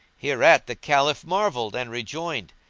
hereat the caliph marvelled and rejoined,